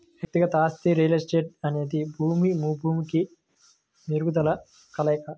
వ్యక్తిగత ఆస్తి రియల్ ఎస్టేట్అనేది భూమి, భూమికి మెరుగుదలల కలయిక